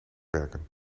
werken